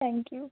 thank you